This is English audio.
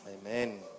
Amen